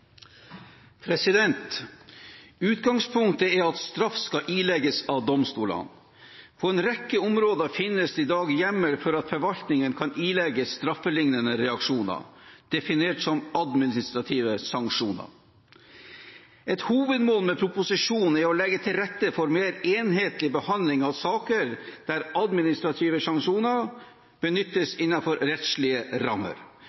at straff skal ilegges av domstolene. På en rekke områder finnes det i dag hjemmel for at forvaltningen kan ilegges straffelignende reaksjoner, definert som administrative sanksjoner. Et hovedmål med proposisjonen er å legge til rette for mer enhetlig behandling av saker der administrative sanksjoner benyttes innenfor rettslige rammer.